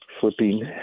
flipping